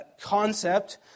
concept